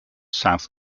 south